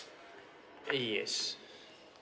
uh yes